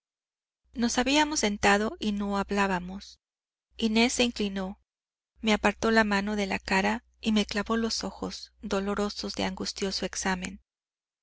nos habíamos sentado y no hablábamos inés se inclinó me apartó la mano de la cara y me clavó los ojos dolorosos de angustioso examen